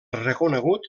reconegut